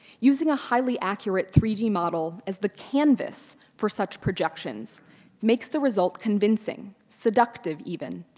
using a highly accurate three d model as the canvas for such projections makes the result convincing, seductive even,